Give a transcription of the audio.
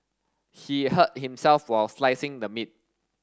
he hurt himself while slicing the meat